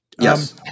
Yes